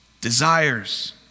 desires